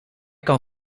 kan